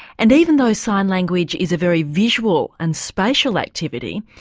and even though sign language is a very visual and spatial activity,